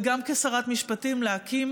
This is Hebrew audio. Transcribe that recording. וגם כשרת משפטים, להקים